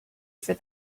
for